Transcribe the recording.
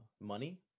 money